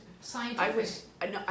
Scientific